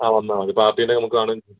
ആ വന്നാൽ മതി പാർട്ടീനെ നമുക്ക് കാണുകയും ചെയ്യാം